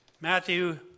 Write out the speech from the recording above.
Matthew